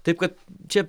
taip kad čia